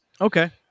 Okay